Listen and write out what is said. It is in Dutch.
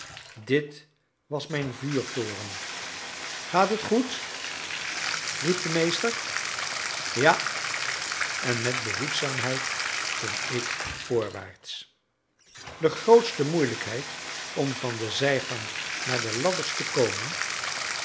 dit was mijn vuurtoren gaat het goed riep de meester ja en met behoedzaamheid ging ik voorwaarts de grootste moeilijkheid om van de zijgang naar de ladders te komen